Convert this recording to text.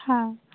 হ্যাঁ